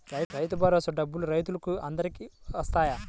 రైతు భరోసా డబ్బులు రైతులు అందరికి వస్తాయా?